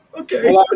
Okay